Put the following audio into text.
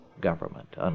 government